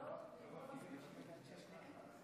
תתקיים ביום